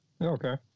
Okay